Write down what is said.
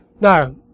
Now